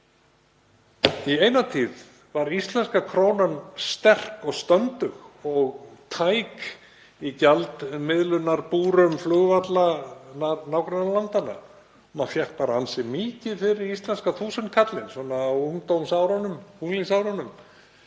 Í eina tíð var íslenska krónan sterk og stöndug og tæk í gjaldmiðlunarbúrum flugvalla nágrannalandanna. Maður fékk bara ansi mikið fyrir íslenska þúsundkallinn á unglingsárunum,